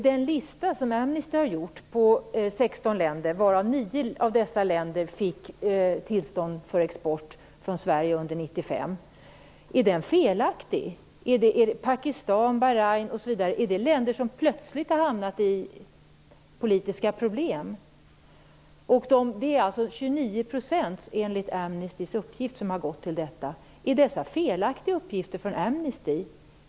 Amnesty har gjort en lista på 16 länder, varav nio fick tillstånd för export från Sverige under 1995. Är den listan då felaktig? Är Pakistan, Bahrain, osv. länder som plötsligt har hamnat i politiska problem? Enligt Amnestys uppgift har 29 % av vapenexporten gått till dessa länder. Är detta felaktiga uppgifter från Amnesty?